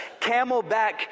camelback